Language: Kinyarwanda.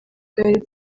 karere